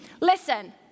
Listen